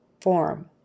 form